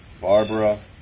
Barbara